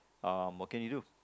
uh what can you do